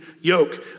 yoke